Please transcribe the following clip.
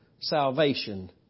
salvation